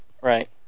Right